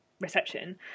reception